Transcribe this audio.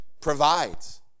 provides